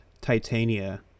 titania